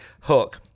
Hook